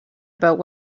about